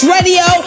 Radio